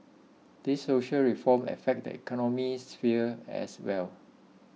these social reforms affect the economic sphere as well